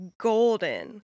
golden